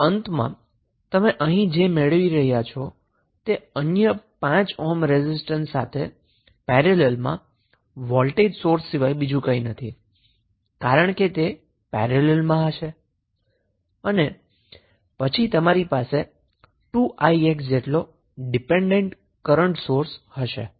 તો અંતમાં તમે અહીં જે મેળવી રહ્યા છો તે અન્ય 5 ઓહ્મ રેઝિસ્ટન્સ સાથે પેરેલલમાં વોલ્ટેજ સોર્સ સિવાય બીજું કંઈ નથી કારણ કે તે પેરેલલમાં હશે અને પછી તમારી પાસે 2𝑖𝑥 જેટલો ડિપેન્ડન્ટ કરન્ટ સોર્સ હશે